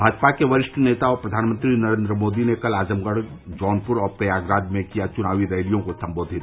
भाजपा के वरिष्ठ नेता और प्रधानमंत्री नरेन्द्र मोदी ने कल आजमगढ़ जौनप्र और प्रयागराज में किया चुनावी रैलियों को संबोधित